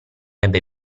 ebbe